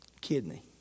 Kidney